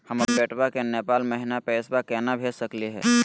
हम अपन बेटवा के नेपाल महिना पैसवा केना भेज सकली हे?